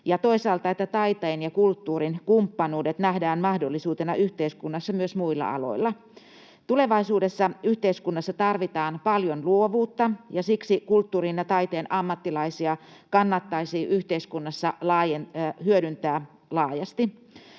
toisaalta, että taiteen ja kulttuurin kumppanuudet nähdään mahdollisuutena yhteiskunnassa myös muilla aloilla. Tulevaisuudessa yhteiskunnassa tarvitaan paljon luovuutta, ja siksi kulttuurin ja taiteen ammattilaisia kannattaisi yhteiskunnassa hyödyntää laajasti.